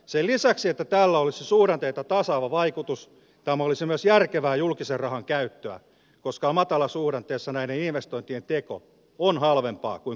sen lisäksi että tällä olisi suhdanteita tasaava vaikutus tämä olisi myös järkevää julkisen rahan käyttöä koska matalasuhdanteessa näiden investointien teko on halvempaa kuin korkeasuhdanteessa